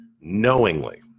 knowingly